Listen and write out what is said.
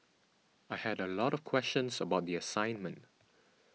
I had a lot of questions about the assignment